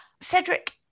Cedric